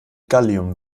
gallium